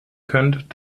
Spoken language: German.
könnt